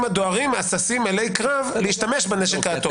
הדוהרים הששים אלי קרב להשתמש בנשק האטומי.